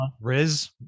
Riz